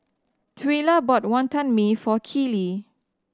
Twyla bought Wantan Mee for Keeley